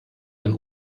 ein